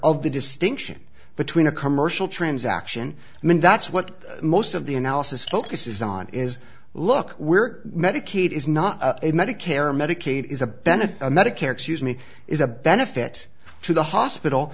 of the distinction between a commercial trans action that's what most of the analysis focuses on is look we're medicaid is not a medicare medicaid is a benefit a medicare excuse me is a benefit to the hospital